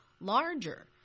larger